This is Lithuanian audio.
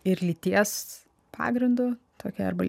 ir lyties pagrindu tokia arba